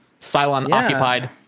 Cylon-occupied